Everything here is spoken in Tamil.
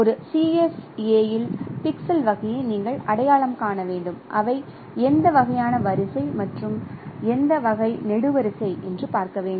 ஒரு CFA இல் பிக்சல் வகையை நீங்கள் அடையாளம் காண வேண்டும் அவை எந்த வகை வரிசை மற்றும் எந்த வகை நெடுவரிசை என்று பார்க்க வேண்டும்